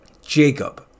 Jacob